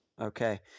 Okay